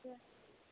کیٛاہ